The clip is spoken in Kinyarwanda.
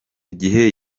gihe